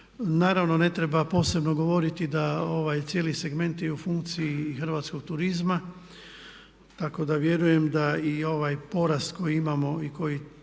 Naravno ne treba posebno govoriti da ovaj cijeli segment je u funkciji Hrvatskog turizma tako da vjerujem da i ovaj poraz koji imamo i koji